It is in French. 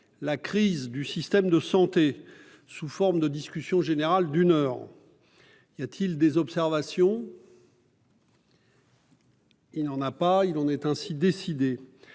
La crise du système de santé », sous forme de discussion générale d'une heure. Y a-t-il des observations ?... Il en est ainsi décidé.